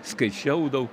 skaičiau daug